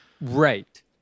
Right